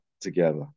together